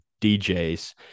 DJs